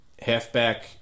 halfback